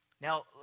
Now